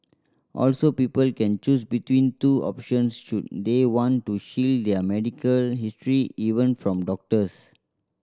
also people can choose between two options should they want to shield their medical history even from doctors